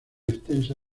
extensa